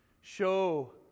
Show